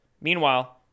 Meanwhile